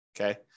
Okay